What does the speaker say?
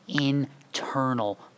internal